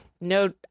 no